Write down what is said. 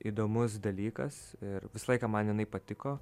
įdomus dalykas ir visą laiką man jinai patiko